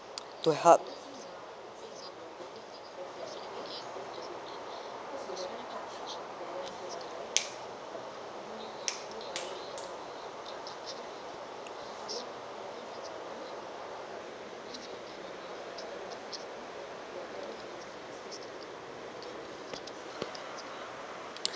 to help